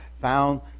found